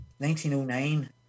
1909